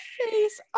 face